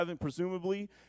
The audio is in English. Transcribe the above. presumably